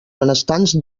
benestants